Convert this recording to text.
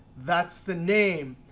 that's the name.